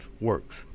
works